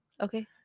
okay